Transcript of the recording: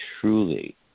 truly